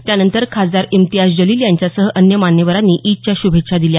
त्यानंतर खासदार इम्तियाज जलील यांच्यासह अन्य मान्यवरांनी ईदच्या श्भेच्छा दिल्या